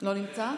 לא נמצא,